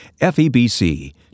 FEBC